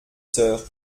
soeur